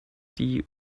die